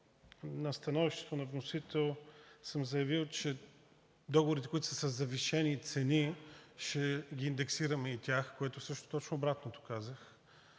на становището на вносител съм заявил, че договорите, които са със завишени цени, ще ги индексираме и тях, което всъщност точно обратното казах